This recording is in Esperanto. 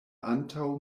antaŭ